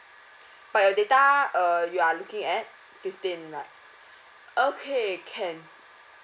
but your data uh you are looking at fifteen lah okay can